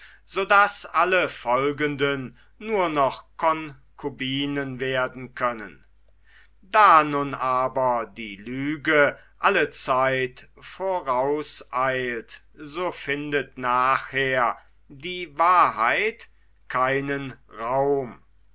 daß alle folgenden nur noch konkubinen werden können da nun aber die lüge allezeit vorauseilt so findet nachher die wahrheit keinen raum